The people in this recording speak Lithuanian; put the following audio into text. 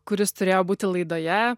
kuris turėjo būti laidoje